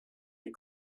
die